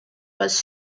was